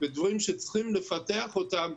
ודברים שצריכים לפתח אותם,